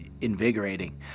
invigorating